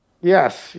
Yes